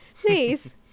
please